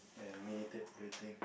and mediate everything